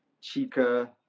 Chica